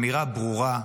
אמירה ברורה,